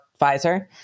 Pfizer